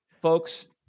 folks